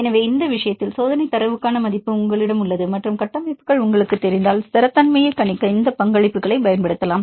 எனவே இந்த விஷயத்தில் சோதனை தரவுக்கான மதிப்பு உங்களிடம் உள்ளது மற்றும் கட்டமைப்புகள் உங்களுக்குத் தெரிந்தால் ஸ்திரத்தன்மையை கணிக்க இந்த பங்களிப்புகளைப் பயன்படுத்தலாம்